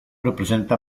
representa